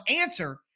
answer